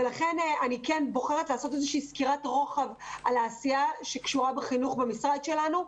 לכן אני בוחרת לעשות סקירת רוחב על העשייה שקשורה בחינוך במשרד שלנו,